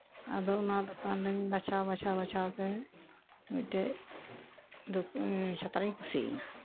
ᱟᱫᱚ ᱚᱱᱟ ᱫᱚᱠᱟᱱ ᱨᱮᱧ ᱵᱟᱪᱷᱟᱣ ᱵᱟᱪᱷᱟᱣᱛᱮ ᱢᱤᱫᱴᱮᱡ ᱪᱷᱟᱛᱟᱨᱤᱧ ᱠᱩᱥᱤᱭᱮᱱᱟ